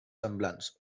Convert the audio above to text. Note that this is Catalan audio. semblants